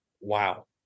wow